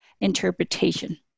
interpretation